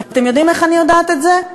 ואתם יודעים איך אני יודעת את זה?